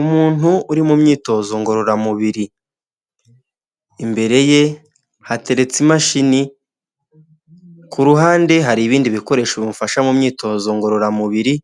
Umuntu uri mu myitozo ngororamubiri, imbere ye hateretse imashini ku ruhande hari ibindi bikoresho bifasha mu myitozo ngororamubiri